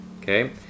Okay